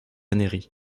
neri